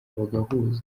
bagahuza